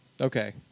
Okay